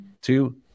two